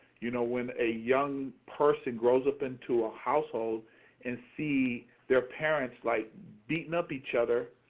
you know when a young person grows up into a household and see their parents like beating up each other,